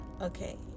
okay